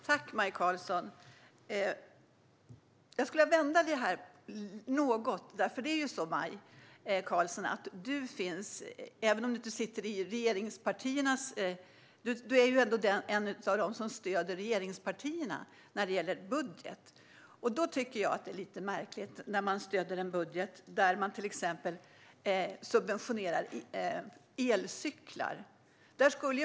Herr talman! Jag skulle vilja vända det här något. Du är en av dem som stöder regeringspartierna när det gäller budgeten, Maj Karlsson. Jag tycker att det är lite märkligt att man stöder en budget där elcyklar subventioneras.